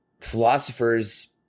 philosophers